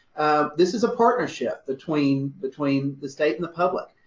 this is a partnership between, between the state and the public.